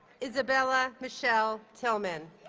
isabella michele tillman